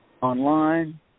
online